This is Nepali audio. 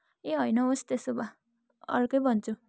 ए होइन होस् त्यसो भए अर्कै भन्छु